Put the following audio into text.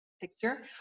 picture